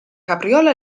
capriola